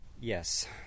Yes